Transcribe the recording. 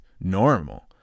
normal